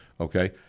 okay